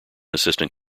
assistant